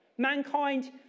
Mankind